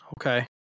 Okay